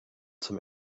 zum